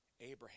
Abraham